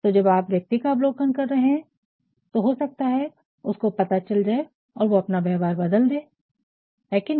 तो जब आप व्यक्ति का अवलोकन कर रहे हैं तो हो सकता है उसको पता चल जाए और वह अपना व्यवहार बदल दे है कि नहीं